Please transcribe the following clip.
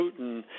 Putin